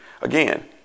Again